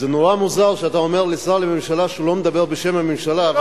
זה נורא מוזר שאתה אומר לשר בממשלה שהוא לא מדבר בשם הממשלה.